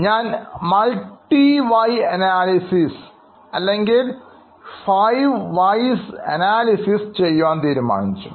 ഞാൻ multi why analysis അല്ലെങ്കിൽ 5 whys analysis ചെയ്യുവാൻ തീരുമാനിച്ചു